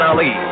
Ali